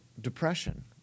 depression